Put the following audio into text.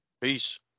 Peace